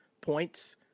points